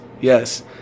Yes